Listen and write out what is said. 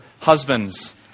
husbands